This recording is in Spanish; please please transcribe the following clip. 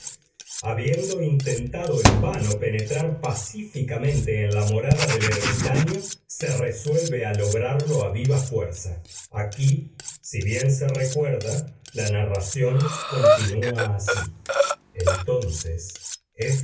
habiendo intentado en vano penetrar pacíficamente en la morada del ermitaño se resuelve a lograrlo a viva fuerza aquí si bien se recuerda la narración continúa así entonces